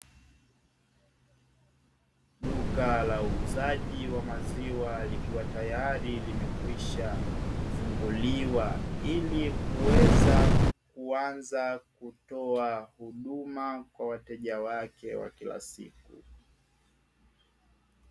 Duka la uuzaji wa maziwa likiwa tayari limekwisha funguliwa, ili kuweza kuanza kutoa huduma kwa wateja wake wa kila siku.